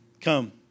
come